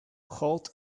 halt